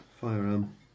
Firearm